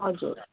हजुर